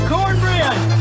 Cornbread